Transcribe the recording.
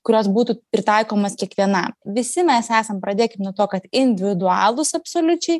kurios būtų pritaikomas kiekvienam visi mes esam pradėkim nuo to kad individualūs absoliučiai